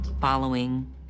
following